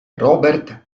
robert